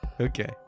Okay